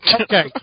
Okay